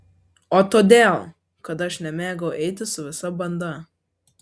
o todėl kad aš nemėgau eiti su visa banda